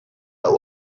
but